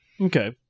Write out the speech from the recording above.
Okay